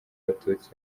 abatutsi